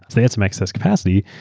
they had some excess capacity,